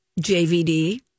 JVD